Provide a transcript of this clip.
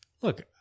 Look